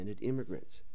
immigrants